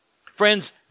Friends